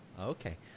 Okay